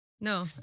no